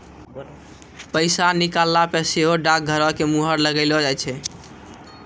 पैसा निकालला पे सेहो डाकघरो के मुहर लगैलो जाय छै